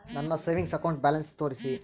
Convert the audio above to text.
ನನ್ನ savings account balance ತೋರಿಸಿ?